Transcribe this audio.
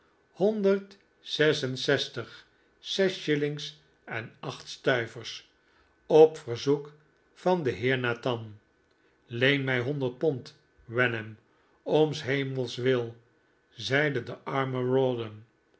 zes en zestig zes shillings en acht stuivers op verzoek van van den heer nathan leen mij honderd pond wenham om shemels wil zeide de arme